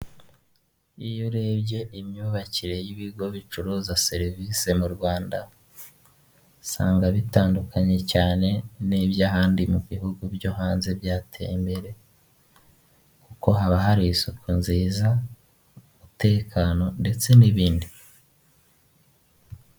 Iyo urebye imyubakire y'ibigo bicuruza serivisi mu Rwanda usanga bitandukanye, cyane n'iby'ahandi mu bihugu byo hanze byateye imbere, kuko haba hari isuku nziza, umutekano, ndetse n'ibindi.